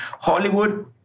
Hollywood